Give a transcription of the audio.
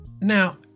Now